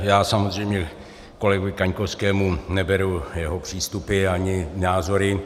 Já samozřejmě kolegovi Kaňkovskému neberu jeho přístupy ani názory.